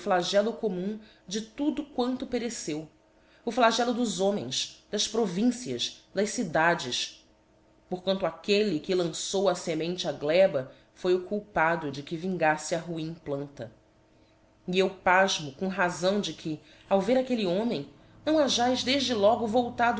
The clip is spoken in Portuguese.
commum de tudo quanto pereceu o flagello dos homens das provincias das cidades porquanto aquelle que lançou a femente á gleba foi o culpado de que vingaíte a ruim planta e eu pafmo com razão de que ao ver aquelle homem não hajaes defde logo voltado